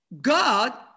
God